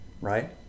Right